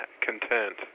content